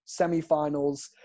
semifinals